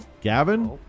Gavin